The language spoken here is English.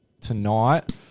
tonight